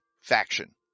faction